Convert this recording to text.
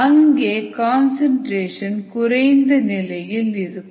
அங்கே கன்சன்ட்ரேஷன் குறைந்த நிலையில் இருக்கும்